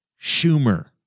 Schumer